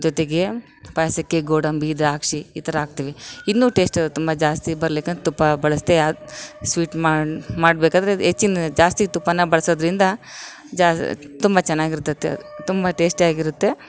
ಜೊತೆಗೆ ಪಾಯಸಕ್ಕೆ ಗೋಡಂಬಿ ದ್ರಾಕ್ಷಿ ಈ ಥರ ಹಾಕ್ತಿವಿ ಇನ್ನೂ ಟೇಸ್ಟ್ ತುಂಬ ಜಾಸ್ತಿ ಬರ್ಲಿಕ್ಕೆ ಅಂತ ತುಪ್ಪ ಬಳಸ್ತೀ ಯಾ ಸ್ವೀಟ್ ಮಾಡು ಮಾಡಬೇಕಾದ್ರೆ ಅದು ಹೆಚ್ಚಿನ್ ಜಾಸ್ತಿ ತುಪ್ಪನ ಬಳಸೋದ್ರಿಂದ ಜಾ ತುಂಬ ಚೆನ್ನಾಗಿರ್ತದೆ ಅದು ತುಂಬ ಟೇಸ್ಟಿಯಾಗಿರುತ್ತೆ